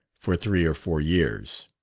for three or four years.